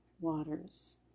waters